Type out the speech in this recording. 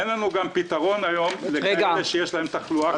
אין לנו פתרון היום גם לכאלה שיש להם תחלואה.